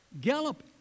Gallup